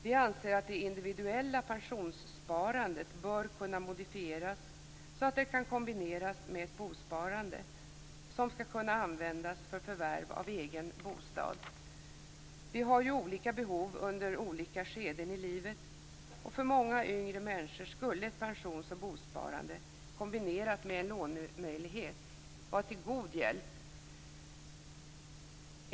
Vi anser att det individuella pensionssparandet bör kunna modifieras så att det kan kombineras med ett bosparande som skall kunna användas för förvärv av egen bostad. Vi har ju olika behov under olika skeden i livet, och för många yngre människor skulle ett pensions och bosparande, kombinerat med en lånemöjlighet, vara till god hjälp.